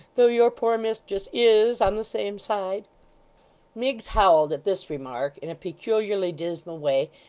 though your poor mistress is on the same side miggs howled at this remark, in a peculiarly dismal way,